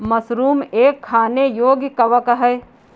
mushroom एक खाने योग्य कवक है